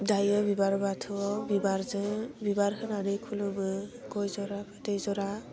दायो बिबार बाथौवाव बिबारजों बिबार होनानै खुलुमो गय जरा फाथै जरा